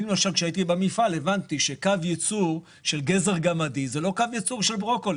כשהייתי במפעל הבנתי שקו ייצור של גזר גמדי זה לא קו יצור של ברוקולי,